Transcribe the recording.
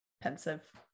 pensive